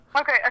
Okay